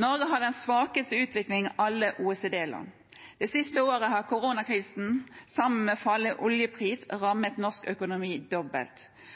Norge har den svakeste utviklingen av alle OECD-land. Det siste året har koronakrisen sammen med fall i oljeprisen rammet norsk økonomi dobbelt.